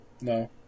no